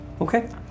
Okay